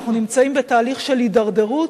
ואנחנו נמצאים בתהליך של הידרדרות,